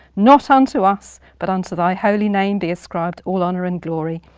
not unto us, but unto thy holy name be ascribed all honour and glory,